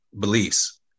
beliefs